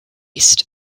east